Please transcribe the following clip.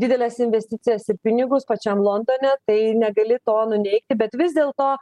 dideles investicijas ir pinigus pačiam londone tai negali to nuneigti bet vis dėlto